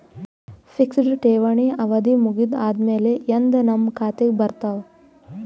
Fixed ಠೇವಣಿ ಅವಧಿ ಮುಗದ ಆದಮೇಲೆ ಎಂದ ನಮ್ಮ ಖಾತೆಗೆ ಬರತದ?